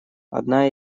одна